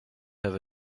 have